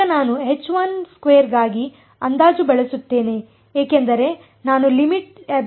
ಈಗ ನಾನು ಗಾಗಿ ಅಂದಾಜು ಬಳಸುತ್ತೇನೆ ಏಕೆಂದರೆ ನಾನು ಅನ್ನು ತೆಗೆದುಕೊಳ್ಳಲಿದ್ದೇನೆ